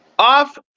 Off